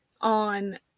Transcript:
on